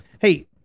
Hey